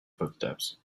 footsteps